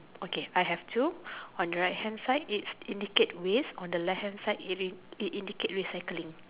okay I have two on the right hand side it indicates waste on the left hand side it it indicate recycling